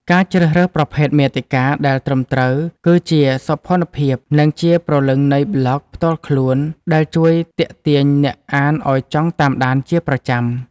ការជ្រើសរើសប្រភេទមាតិកាដែលត្រឹមត្រូវ គឺជាសោភ័ណភាព និងជាព្រលឹងនៃប្លក់ផ្ទាល់ខ្លួនដែលជួយទាក់ទាញអ្នកអានឱ្យចង់តាមដានជាប្រចាំ។